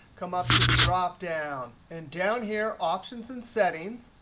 come up to the drop down. and down here, options and settings,